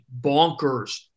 bonkers